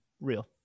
Real